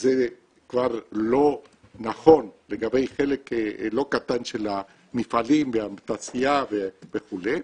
זה כבר לא נכון לגבי חלק לא קטן של המפעלים והתעשייה וכו'.